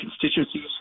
constituencies